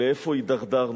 לאיפה הידרדרנו,